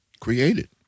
Created